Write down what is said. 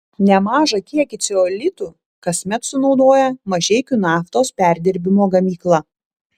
nemažą kiekį ceolitų kasmet sunaudoja mažeikių naftos perdirbimo gamykla